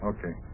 Okay